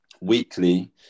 weekly